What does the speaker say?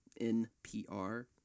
NPR